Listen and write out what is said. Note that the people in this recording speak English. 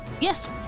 Yes